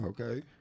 okay